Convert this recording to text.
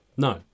No